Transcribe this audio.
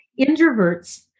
Introverts